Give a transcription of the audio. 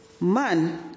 Man